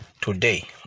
today